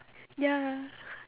ya